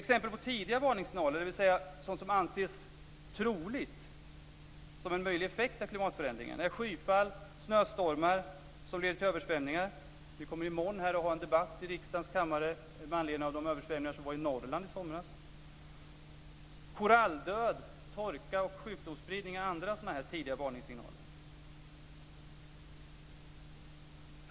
Exempel på tidiga varningssignaler, dvs. sådant som anses som en möjlig effekt av klimatförändringen, är skyfall och snöstormar som leder till översvämningar. I morgon kommer vi att ha en debatt i riksdagens kammare med anledning av de översvämningar som var i Norrland i somras. Koralldöd, torka och sjukdomsspridningar är andra sådana här tidiga varningssignaler.